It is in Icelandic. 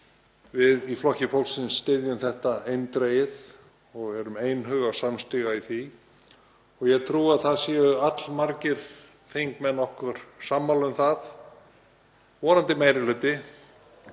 Við í Flokki fólksins styðjum þetta eindregið og erum einhuga og samstiga í því. Ég trúi að allmargir þingmenn séu okkur sammála um það, vonandi meiri hluti.